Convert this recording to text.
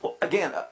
Again